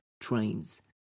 trains